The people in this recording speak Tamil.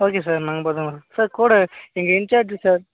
ஓகே சார் நாங்கள் பத்திரமா சார் கூட எங்கள் இன்ஜார்ஜ் சார்